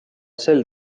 sel